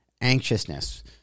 anxiousness